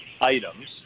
items